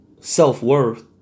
self-worth